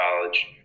college